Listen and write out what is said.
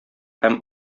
һәм